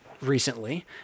recently